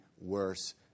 worse